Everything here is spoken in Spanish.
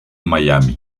miami